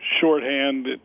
shorthand